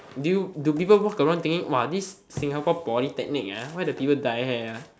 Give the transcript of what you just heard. do you do people walk around thinking !wah! this Singapore polytechnic ah why the people dye hair ah